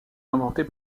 inventé